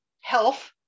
health